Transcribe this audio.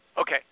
Okay